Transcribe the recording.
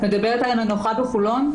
את מדברת על המנוחה בחולון?